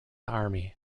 army